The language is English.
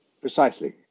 Precisely